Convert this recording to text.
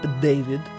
david